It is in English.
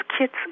kids